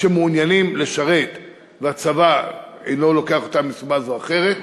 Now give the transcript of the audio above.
שמעוניינים לשרת והצבא לא לוקח אותם מסיבה זו או אחרת,